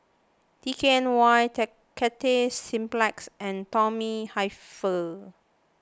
D K N Y Cathay Cineplex and Tommy Hilfiger